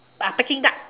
peking duck